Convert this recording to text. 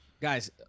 Guys –